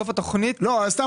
הבנתי.